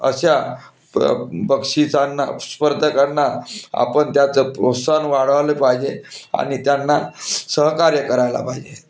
अशा प बक्षिसांना स्पर्धकांना आपण त्याचं प्रोत्साहन वाढवलं पाहिजे आणि त्यांना सहकार्य करायला पाहिजे